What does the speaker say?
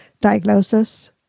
diagnosis